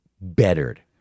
bettered